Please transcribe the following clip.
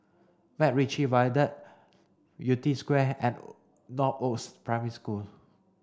MacRitchie Viaduct Yew Tee Square and Northoaks Primary School